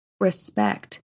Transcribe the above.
respect